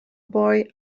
boy